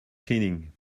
cleaning